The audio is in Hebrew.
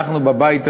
אנחנו בבית הזה,